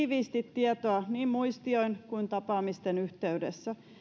tiiviisti tietoa niin muistioin kuin tapaamisten yhteydessä